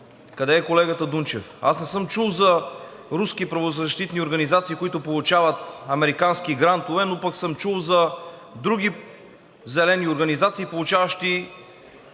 Къде е колегата Дунчев? Аз не съм чул за руски правозащитни организации, които получават американски грантове, но пък съм чул за други зелени организации, получаващи